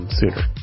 sooner